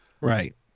right